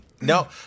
No